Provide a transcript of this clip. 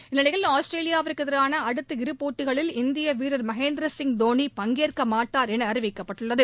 இந்நிலையில் ஆஸ்திரேலியாவுக்கு எதிரான அடுத்த இரு போட்டிகளில் இந்திய வீரர் மகேந்திர சிங் தோனி பங்கேற்கமாட்டார் என அறிவிக்கப்பட்டுள்ளது